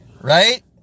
Right